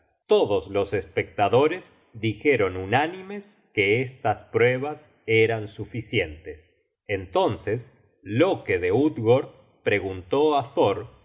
todos los espectadores dijeron unánimes que estas pruebas eran suficientes entonces loke de utgord preguntó á thor